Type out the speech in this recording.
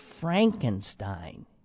Frankenstein